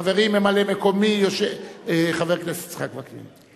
חברי, ממלא-מקומי חבר הכנסת יצחק וקנין.